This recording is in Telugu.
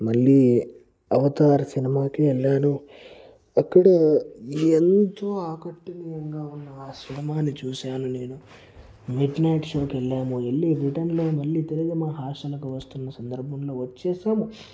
మళ్ళి అవతార్ సినిమాకి వెళ్ళాను అక్కడ ఎంతో ఆకట్టు నియంగా ఉన్న ఆ సినిమాను చూసాను నేను మిడ్ నైట్ షోకి వెళ్ళాము వెళ్ళి రిటర్న్లో మళ్ళి తిరిగి మా హాస్టల్కు వస్తున్న సందర్భంలో వచ్చేసాము